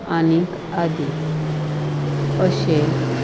आनीक आदी अशें